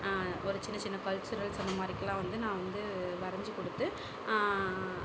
ஒரு சின்ன சின்ன கல்ச்சுரல்ஸ் அந்த மாதிரிக்குலாம் வந்து நான் வந்து வரஞ்சு கொடுத்து